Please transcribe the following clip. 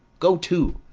go to!